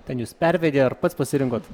ten jus pervedė ar pats pasirinkot